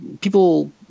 people